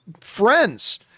Friends